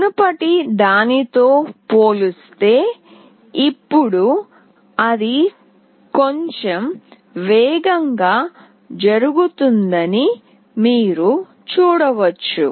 మునుపటిదానితో పోలిస్తే ఇప్పుడు అది కొంచెం వేగంగా జరుగుతుందని మీరు చూడవచ్చు